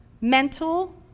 mental